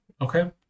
Okay